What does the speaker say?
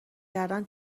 کردن